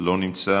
לא נמצא,